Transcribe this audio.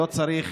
לא צריך